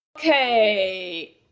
okay